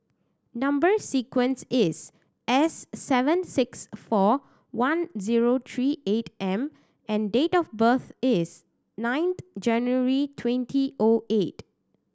number sequence is S seven six four one zero three eight M and date of birth is nine January twenty O eight